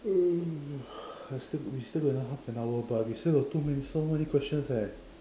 I still we still got half an hour but we still got too many so many questions eh